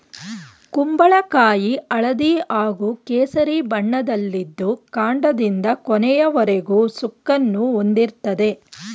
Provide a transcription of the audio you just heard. ಕುಂಬಳಕಾಯಿ ಹಳದಿ ಹಾಗೂ ಕೇಸರಿ ಬಣ್ಣದಲ್ಲಿದ್ದು ಕಾಂಡದಿಂದ ಕೊನೆಯವರೆಗೂ ಸುಕ್ಕನ್ನು ಹೊಂದಿರ್ತದೆ